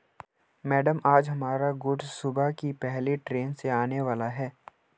madam आज हमारा goods सुबह की पहली ट्रैन से आने वाला है